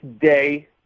day